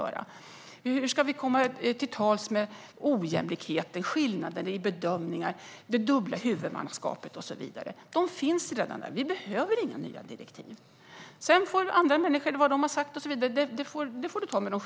Hur ska vi komma till rätta med ojämlikheter, skillnader i bedömningar, det dubbla huvudmannaskapet och så vidare? Detta finns redan med, så vi behöver inte nya direktiv. Vad andra människor har sagt får du ta med dem.